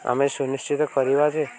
ଆମେ ସୁନିଶ୍ଚିତ କରିବା ଯେ